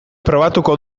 probatuko